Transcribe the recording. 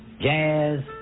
Jazz